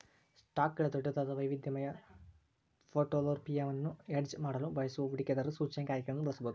ಸ್ಟಾಕ್ಗಳ ದೊಡ್ಡದಾದ, ವೈವಿಧ್ಯಮಯ ಪೋರ್ಟ್ಫೋಲಿಯೊವನ್ನು ಹೆಡ್ಜ್ ಮಾಡಲು ಬಯಸುವ ಹೂಡಿಕೆದಾರರು ಸೂಚ್ಯಂಕ ಆಯ್ಕೆಗಳನ್ನು ಬಳಸಬಹುದು